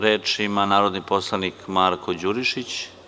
Reč ima narodni poslanik Marko Đurišić.